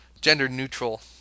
gender-neutral